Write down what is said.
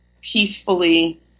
peacefully